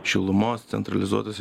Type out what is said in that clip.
šilumos centralizuotose